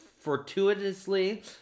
fortuitously